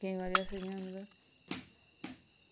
केईं बारी अस इ'यां मतलब